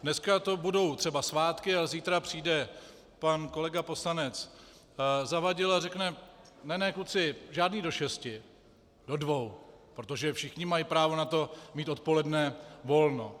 Dneska to budou třeba svátky a zítra přijde pan kolega poslanec Zavadil a řekne: Ne ne, kluci, žádný do šesti, do dvou, protože všichni mají právo na to mít odpoledne volno.